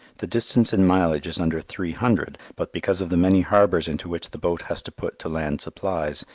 the distance in mileage is under three hundred, but because of the many harbours into which the boat has to put to land supplies,